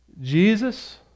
Jesus